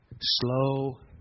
Slow